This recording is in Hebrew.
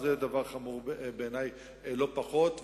שזה דבר חמור בעיני לא פחות.